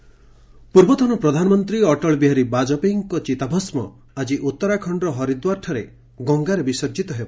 ବାଜପେୟୀ ଆସେସ୍ ପୂର୍ବତନ ପ୍ରଧାନମନ୍ତ୍ରୀ ଅଟଳବିହାରୀ ବାଜପେୟୀଙ୍କ ଚିତାଭସ୍କ ଆଜି ଉତ୍ତରାଖଣ୍ଡର ହରିଦ୍ୱାରଠାରେ ଗଙ୍ଗାରେ ବିସର୍ଜିତ ହେବ